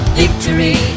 victory